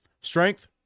strength